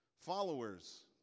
Followers